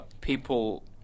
people